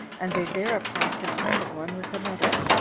and they thereupon contended one with another,